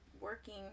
working